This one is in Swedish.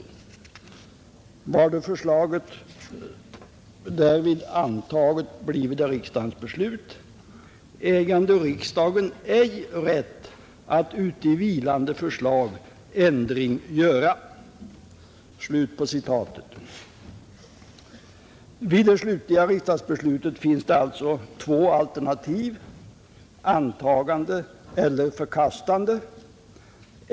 Varder förslaget därvid antaget, bliver det riksdagens beslut; ägande riksdagen ej rätt att uti vilande förslag ändring göra.” Vid det slutliga riksdagsbeslutet finns det alltså två alternativ: antagande eller förkastande.